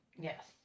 Yes